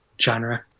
genre